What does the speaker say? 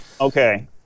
Okay